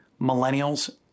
Millennials